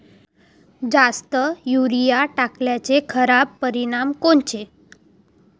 जास्त युरीया टाकल्याचे खराब परिनाम कोनचे?